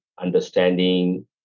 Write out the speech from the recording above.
understanding